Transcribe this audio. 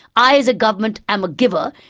i, as a government, am a giver,